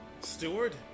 Steward